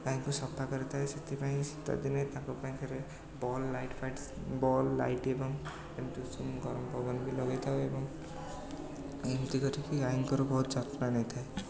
ଗାଈଙ୍କୁ ସଫା କରିଥାଏ ସେଥିପାଇଁ ଶୀତଦିନେ ତାଙ୍କ ପାଖରେ ବଲ୍ ଲାଇଟ୍ଫାଇଟ୍ ବଲ୍ ଲାଇଟ୍ ଏବଂ ଗରମ ପବନ ବି ଲଗେଇଥାଉ ଏବଂ ଏମିତି କରିକି ଗାଈଙ୍କର ବହୁତ ଯତ୍ନ ନେଇଥାଉ